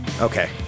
Okay